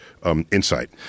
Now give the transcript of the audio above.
Insight